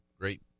great